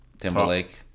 Timberlake